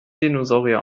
dinosaurier